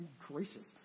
gracious